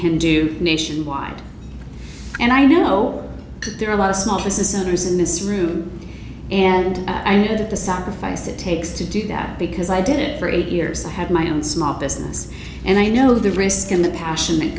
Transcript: do nationwide and i know there are a lot of small business owners in this room and i needed to sacrifice it takes to do that because i did it for eight years i have my own small business and i know the risk and the passion that